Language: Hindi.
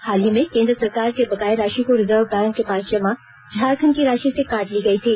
हाल ही में केन्द्र सरकार के बकाये राशि को रिर्जव बैंक के पास जमा झारखंड की राशि से काट ली गयी थी